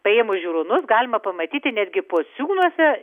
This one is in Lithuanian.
paėmus žiūronus galima pamatyti netgi pociūnuose